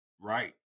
right